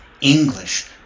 English